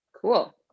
Cool